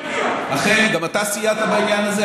גם אתה סייעת בעניין הזה,